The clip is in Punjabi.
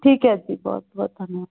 ਠੀਕ ਹੈ ਜੀ ਬਹੁਤ ਬਹੁਤ ਧੰਨਵਾਦ